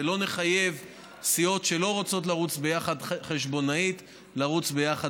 ולא נחייב סיעות שלא רוצות לרוץ ביחד חשבונאית לרוץ ביחד,